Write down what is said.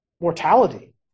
mortality